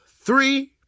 three